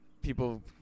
people